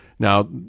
Now